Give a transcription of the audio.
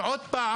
ושוב,